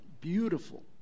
Beautiful